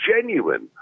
genuine